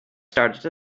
started